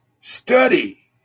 study